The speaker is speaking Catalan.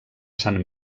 sant